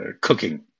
cooking